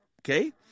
Okay